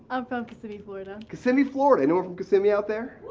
i'm from kissimmee, florida. kissimmee, florida. anyone from kissimmee out there?